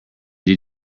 did